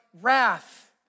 wrath